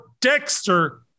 Dexter